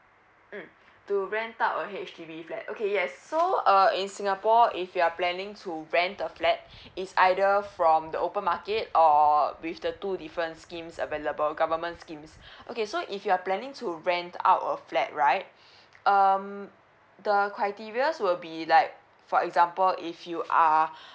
mm to rent out a H_D_B flat okay yes so uh in singapore if you're planning to rent a flat it's either from the open market or with the two different schemes available government schemes okay so if you're planning to rent out a flat right um the criterias will be like for example if you are